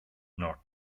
nor